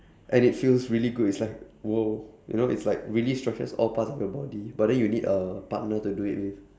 and it feels really good it's like !whoa! you know it's like really stretches all parts of your body but then you need a partner to do it with